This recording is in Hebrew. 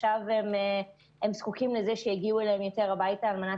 עכשיו הם זקוקים לכך שיגיעו אליהם יותר הביתה על מנת